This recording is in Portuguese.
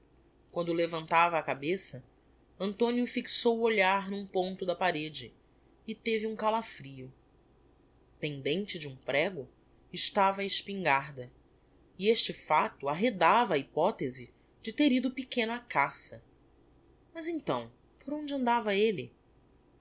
quando levantava a cabeça antonio fixou o olhar n'um ponto da parede e teve um calafrio pendente de um prego estava a espingarda e este facto arredava a hypothese de ter ido o pequeno á caça mas então por onde andava elle